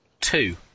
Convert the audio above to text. Two